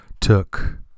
Took